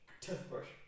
Toothbrush